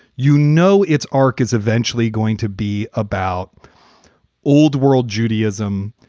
you know, its arc is eventually going to be about old world judaism,